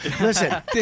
Listen